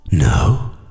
No